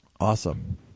Awesome